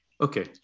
Okay